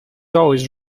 always